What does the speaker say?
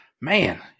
Man